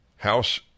House